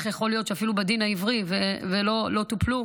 שאיך יכול להיות שאפילו בדין העברי לא טופלו,